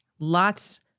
Lots